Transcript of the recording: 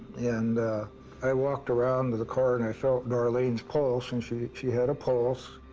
and i walked around to the car, and i felt darlene's pulse. and she she had a pulse.